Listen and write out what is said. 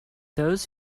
those